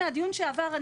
מהדיון שעבר,